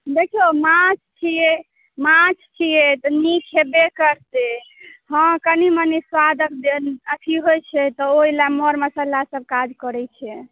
देखियौ माछ छियै माछ छियै तऽ नीक हेबे करतै हँ कनी मनी स्वादक जे अथी होइत छै तऽ ओहि लेल मर मसालासभ काज करैत छै